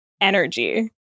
energy